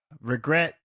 regret